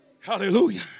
Hallelujah